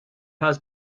has